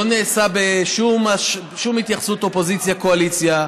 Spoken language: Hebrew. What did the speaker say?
לא נעשה בשום התייחסות לאופוזיציה קואליציה.